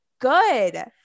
good